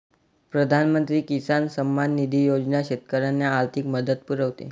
प्रधानमंत्री किसान सन्मान निधी योजना शेतकऱ्यांना आर्थिक मदत पुरवते